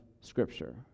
Scripture